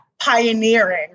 Pioneering